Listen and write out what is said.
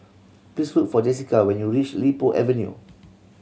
please look for Jesica when you reach Li Po Avenue